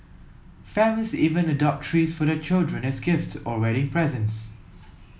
families even adopt trees for their children as gifts or wedding presents